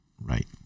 Right